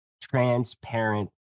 transparent